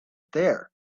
there